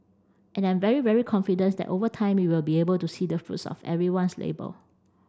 and I'm very very confident that over time we will be able to see the fruits of everyone's labour